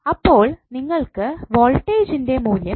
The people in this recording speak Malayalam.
അപ്പോൾ നിങ്ങൾക്ക് വോൾട്ടേജ്ൻറെ മൂല്യം കിട്ടി